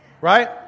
right